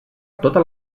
tota